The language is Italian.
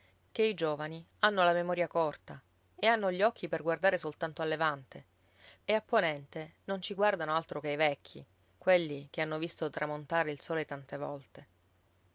ché i giovani hanno la memoria corta e hanno gli occhi per guardare soltanto a levante e a ponente non ci guardano altro che i vecchi quelli che hanno visto tramontare il sole tante volte